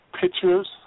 pictures